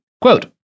Quote